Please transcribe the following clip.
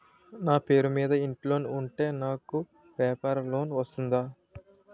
నా పేరు మీద ఇంటి లోన్ ఉంటే నాకు వ్యాపార లోన్ వస్తుందా?